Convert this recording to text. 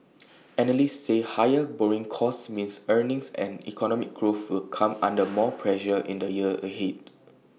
analysts say higher borrowing costs mean earnings and economic growth will come under more pressure in the year ahead